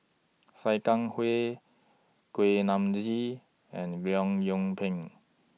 Sia Kah Hui Kuak Nam Ji and Leong Yoon Pin